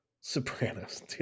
Sopranos